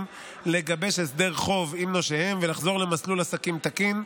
לגבש הסדר חוב עם נושיהם ולחזור למסלול עסקים תקין,